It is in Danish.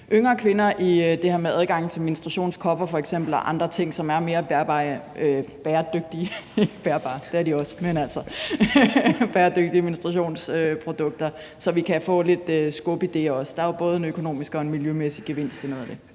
yngre kvinder i det her med menstruationskopper f.eks. og andre ting, som er mere bæredygtige menstruationsprodukter, så vi kan få lidt skub i det også. Der er jo både en økonomisk og en miljømæssig gevinst i noget af det.